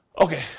Okay